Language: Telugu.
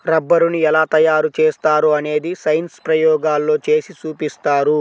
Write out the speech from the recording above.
రబ్బరుని ఎలా తయారు చేస్తారో అనేది సైన్స్ ప్రయోగాల్లో చేసి చూపిస్తారు